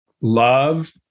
love